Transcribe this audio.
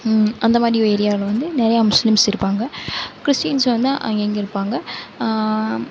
அந்த மாதிரி ஏரியாவில வந்து நிறையா முஸ்லீம்ஸ் இருப்பாங்க கிறிஸ்டீன்ஸ் வந்து அங்கங்கே இருப்பாங்க